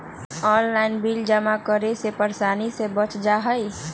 Online bill जमा करे से परेशानी से बच जाहई?